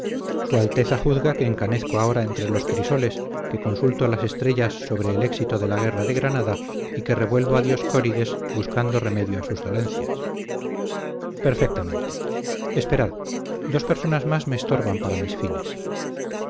su alteza juzga que encanezco ahora sobre los crisoles que consulto las estrellas sobre el éxito de la guerra de granada y que revuelvo a dioscórides buscando remedio a sus dolencias perfectamente esperad dos personas más me estorban para mis fines